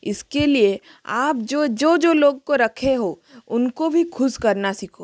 इसके लिए आप जो जो जो लोग को रखे हो उनको भी खुश करना सीखो